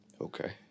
okay